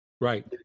Right